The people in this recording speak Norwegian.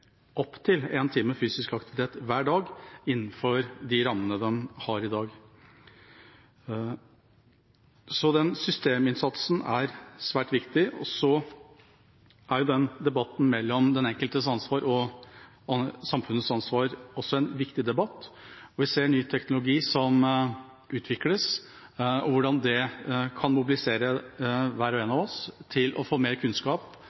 opp til én time fysisk aktivitet hver dag, innenfor de rammene de har i dag. Denne systeminnsatsen er svært viktig. Så er debatten om den enkeltes ansvar og samfunnets ansvar også en viktig debatt. Vi ser ny teknologi som utvikles, og hvordan det kan mobilisere hver og en av oss til både å få mer kunnskap